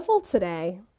today